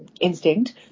instinct